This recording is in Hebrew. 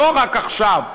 לא רק עכשיו,